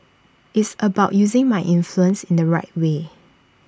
it's about using my influence in the right way